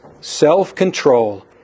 self-control